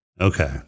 Okay